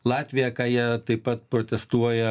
latviją ką jie taip pat protestuoja